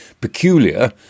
peculiar